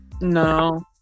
No